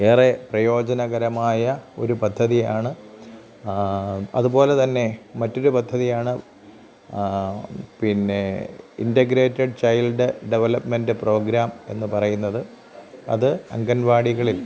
ഏറെ പ്രയോജനകരമായ ഒരു പദ്ധതിയാണ് അതുപോലത്തന്നെ മറ്റൊരു പദ്ധതിയാണ് പിന്നെ ഇൻറ്റഗ്രെറ്റഡ് ചൈൽഡ് ഡെവലപ്പ്മെൻറ്റ് പ്രോഗ്രാം എന്ന് പറയുന്നത് അത് അംഗൻവാടികളിൽ